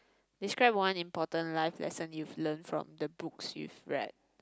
describe one important life lesson you've learn from the books you've read